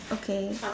okay